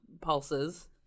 pulses